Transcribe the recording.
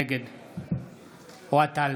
נגד אוהד טל,